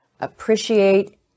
appreciate